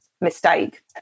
mistake